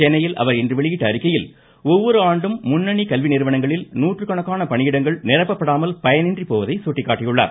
சென்னையில் இன்று அவர் வெளியிட்ட அறிக்கையில் ஒவ்வொரு ஆண்டும் முன்னணி கல்வி நிறுவனங்களில் நூற்றுக்கணக்கான காலியிடங்கள் நிரப்பப்படாமல் பயனின்றி போவதை சுட்டிக்காட்டியுள்ளார்